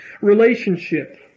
relationship